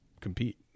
compete